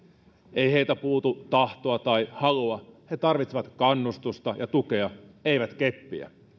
ei heiltä puutu tahtoa tai halua he tarvitsevat kannustusta ja tukea eivät keppiä